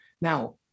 Now